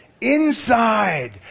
Inside